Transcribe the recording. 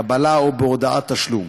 קבלה או הודעת תשלום.